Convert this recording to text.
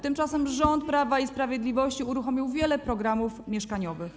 Tymczasem rząd Prawa i Sprawiedliwości uruchomił wiele programów mieszkaniowych.